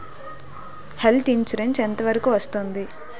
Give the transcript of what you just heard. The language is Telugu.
హెల్త్ ఇన్సురెన్స్ ఎంత వరకు వస్తుంది?